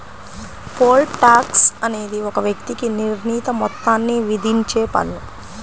pole tax అనేది ఒక వ్యక్తికి నిర్ణీత మొత్తాన్ని విధించే పన్ను